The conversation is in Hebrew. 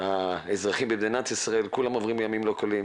האזרחים במדינת ישראל, כולם עוברים ימים לא קלים,